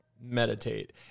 meditate